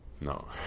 No